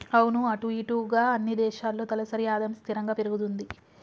అవును అటు ఇటుగా అన్ని దేశాల్లో తలసరి ఆదాయం స్థిరంగా పెరుగుతుంది